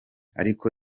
ariko